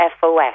FOS